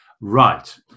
Right